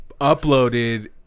uploaded